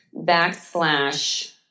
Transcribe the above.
backslash